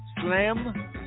Slam